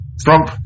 Trump